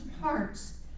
hearts